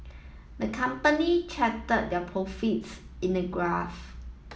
the company charted their profits in a graph